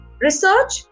research